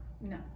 No